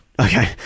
Okay